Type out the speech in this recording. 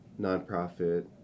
nonprofit